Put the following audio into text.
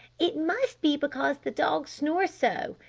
it must be because the dogs snore so.